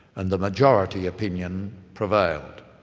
and the majority opinion prevailed,